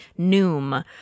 Noom